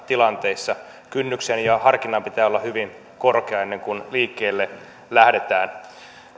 tilanteissa kynnyksen ja harkinnan pitää olla hyvin korkea ennen kuin liikkeelle lähdetään